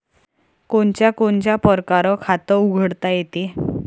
कोनच्या कोनच्या परकारं खात उघडता येते?